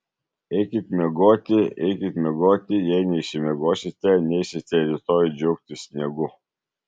eikit miegoti eikit miegoti jei neišsimiegosite neisite rytoj džiaugtis sniegu